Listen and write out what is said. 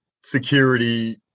security